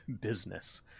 business